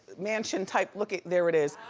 mansion-type, look it, there it is,